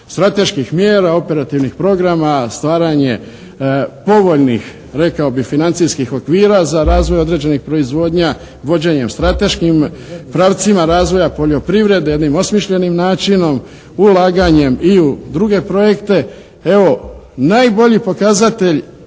strateških mjera operativnih programa, stvaranje povoljnih rekao bih financijskih okvira za razvoj određene proizvodnja vođenjem strateškim pravcima razvoja poljoprivrede, jednim osmišljenim načinom, ulaganjem i u druge projekte. Evo najbolji pokazatelj